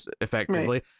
effectively